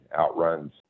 outruns